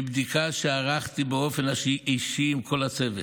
מבדיקה שערכתי באופן אישי עם כל הצוות,